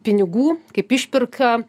pinigų kaip išpirką